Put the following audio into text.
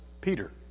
Peter